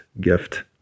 gift